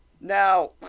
now